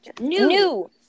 new